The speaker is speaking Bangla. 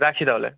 রাখছি তাহলে